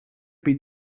both